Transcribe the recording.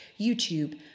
YouTube